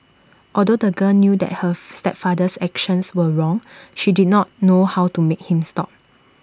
although the girl knew that her stepfather's actions were wrong she did not know how to make him stop